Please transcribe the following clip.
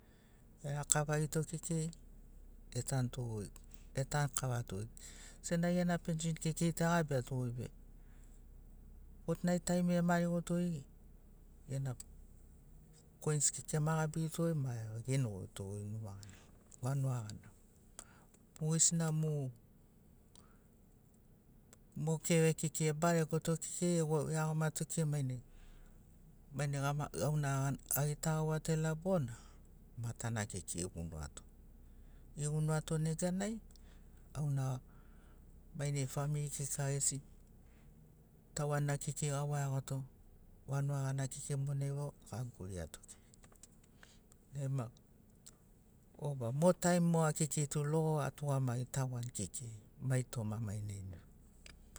Erakavagito kekei etantogoi etanu kavato goi senagi gena penshin kekei tu egabiato goi be fotnait taimiriai emarigotogoi gena koins kekei emagabiritogoi ma egonogoito numa gana vanuga gana mogesina mu mo keve kekei ebaregoto kekei eagomato mainai mainai auna agita gauato ela bona matana kekei egunuato egunuato neganai auna mainai famiri kika gesi tauanina kekei auwai iagoto vanuga gana kekei monai vau ga guriato kekei nai ma oba motaim moga kekei logo atugamagi tagoani kekei mai toma mainai ma